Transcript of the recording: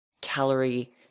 calorie